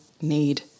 need